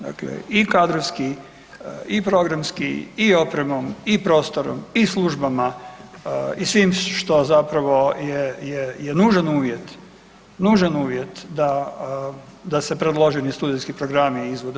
Dakle i kadrovski i programski i opremom i prostorom i službama i svim što zapravo je nužan uvjet, nužan uvjet da se predloženi studijski programi izvode.